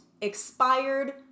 expired